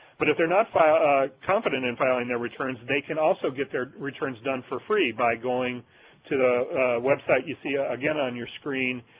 but if they're not confident in filing their returns they can also get their returns done for free by going to the web site you see ah again on your screen.